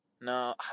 No